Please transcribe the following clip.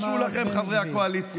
בכל מקרה, תתביישו לכם, חברי הקואליציה.